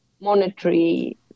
monetary